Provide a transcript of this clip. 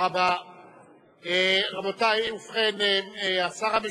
לא צריך את יחידת "עוז" שתחפש אחריהן,